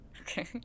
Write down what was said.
Okay